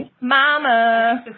Mama